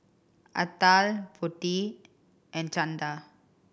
Atal Potti and Chanda